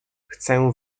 chcę